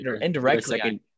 indirectly